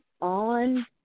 on